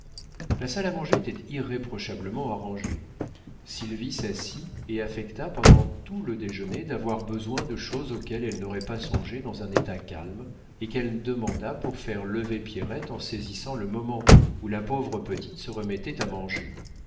la salle à manger était irréprochablement arrangée sylvie s'assit et affecta pendant tout le déjeuner d'avoir besoin de choses auxquelles elle n'aurait pas songé dans un état calme et qu'elle demanda pour faire lever pierrette en saisissant le moment où la pauvre petite se remettait à manger